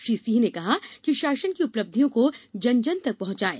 श्री सिंह ने कहा कि शासन की उपलब्धियों को जन जन तक पहँचायें